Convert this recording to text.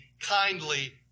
kindly